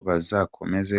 bazakomeza